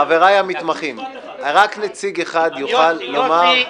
חבריי המתמחים, רק נציג אחד יוכל לדבר.